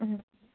ꯎꯝ